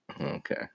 Okay